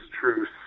truth